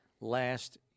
last